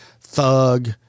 thug